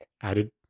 added